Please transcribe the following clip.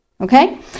Okay